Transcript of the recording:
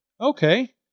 Okay